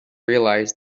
realise